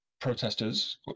protesters